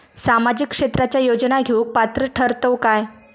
सामाजिक क्षेत्राच्या योजना घेवुक पात्र ठरतव काय?